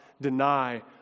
deny